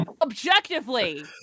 Objectively